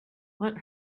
let